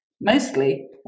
mostly